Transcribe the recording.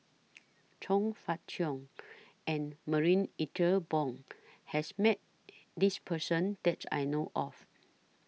Chong Fah Cheong and Marie Ethel Bong has Met This Person that I know of